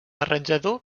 arranjador